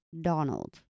Donald